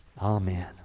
Amen